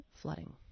flooding